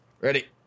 Ready